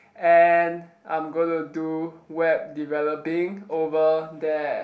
and I'm gonna do web developing over there